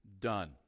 done